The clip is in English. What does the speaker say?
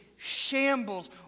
Shambles